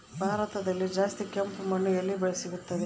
ಭಾರತದಲ್ಲಿ ಜಾಸ್ತಿ ಕೆಂಪು ಮಣ್ಣು ಎಲ್ಲಿ ಸಿಗುತ್ತದೆ?